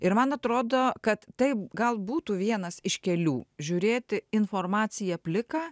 ir man atrodo kad tai gal būtų vienas iš kelių žiūrėti informaciją pliką